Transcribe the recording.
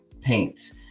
paint